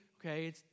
okay